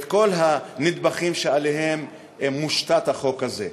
את כל הנדבכים שעליהם החוק הזה מושתת?